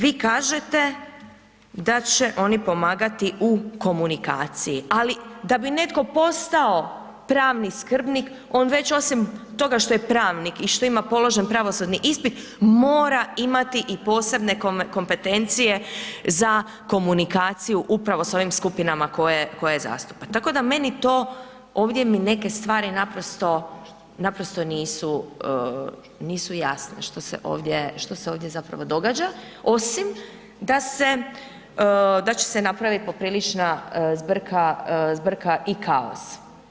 Vi kažete da će oni pomagati u komunikacija ali da bi netko postao pravni skrbnik, on već osim toga što je pravnik i što ima položen pravosudni ispit, mora imati i posebne kompetencije za komunikaciju upravo sa ovim skupinama koje zastupa, tako da meni to, ovdje mi neke stvari naprosto nisu jasne što se ovdje zapravo događa osim da će se napraviti poprilična zbrka i kaos.